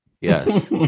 yes